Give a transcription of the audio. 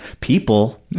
people